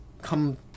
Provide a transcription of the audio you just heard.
come